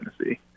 Tennessee